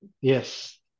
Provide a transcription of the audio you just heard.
yes